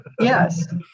yes